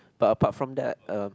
but apart from that uh